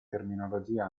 terminologia